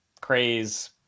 craze